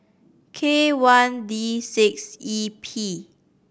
K one D six E P